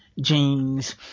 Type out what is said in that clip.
jeans